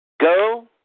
go